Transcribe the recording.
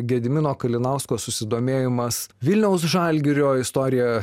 gedimino kalinausko susidomėjimas vilniaus žalgirio istorija